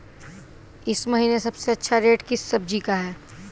इस महीने सबसे अच्छा रेट किस सब्जी का है?